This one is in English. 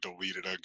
deleted